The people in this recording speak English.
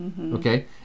Okay